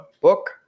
book